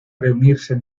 reunirse